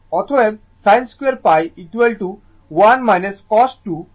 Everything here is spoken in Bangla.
অতএব sin 2 1 cos 2 2